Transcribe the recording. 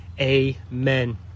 Amen